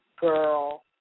girl